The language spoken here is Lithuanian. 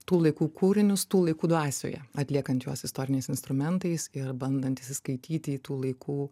tų laikų kūrinius tų laikų dvasioje atliekant juos istoriniais instrumentais ir bandantys įskaityti į tų laikų